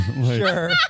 Sure